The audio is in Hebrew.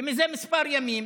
וזה כמה ימים,